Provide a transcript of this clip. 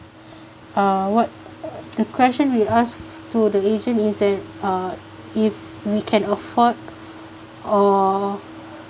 uh what the question we would ask to the agent is that uh if we can afford or